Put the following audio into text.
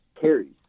carries